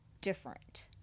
different